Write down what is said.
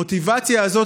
המוטיבציה הזאת,